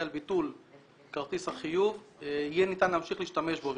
על ביטול כרטיס החיוב יהיה ניתן להמשיך להשתמש בו.